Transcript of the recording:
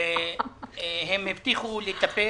והם הבטיחו לטפל.